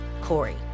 Corey